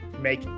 make